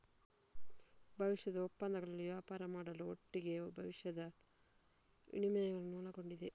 ಭವಿಷ್ಯದ ಒಪ್ಪಂದಗಳಲ್ಲಿ ವ್ಯಾಪಾರ ಮಾಡುದ್ರ ಒಟ್ಟಿಗೆ ಭವಿಷ್ಯದ ವಿನಿಮಯಗಳನ್ನ ಒಳಗೊಂಡಿದೆ